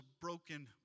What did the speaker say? broken